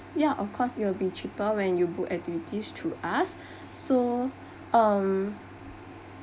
yeah of course it will be cheaper when you book activities through us so um